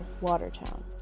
Watertown